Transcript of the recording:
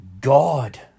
God